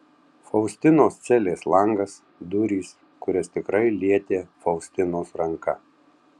faustinos celės langas durys kurias tikrai lietė faustinos ranka